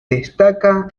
destaca